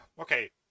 okay